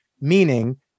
Meaning